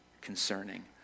concerning